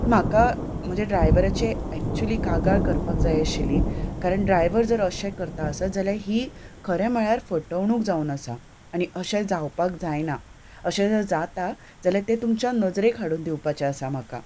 म्हाका म्हज्या ड्रायव्हराचेर एक्चुली कागाळ करपाक जाय आशिल्ली कारण ड्रायव्हर जर अशें करता आसत जाल्यार ही खरें म्हळ्यार फटवणूक जावन आसा आनी अशें जावपाक जायना अशें जर जाता जाल्यार तुमच्यान नजरेक हाडूंक दिवपाचें आसा म्हाका